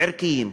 ערכיים,